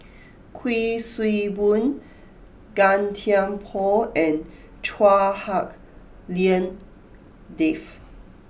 Kuik Swee Boon Gan Thiam Poh and Chua Hak Lien Dave